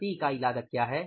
प्रति इकाई लागत क्या है